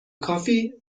کافی